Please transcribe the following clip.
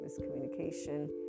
miscommunication